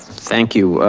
thank you,